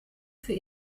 für